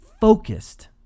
focused